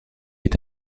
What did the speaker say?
est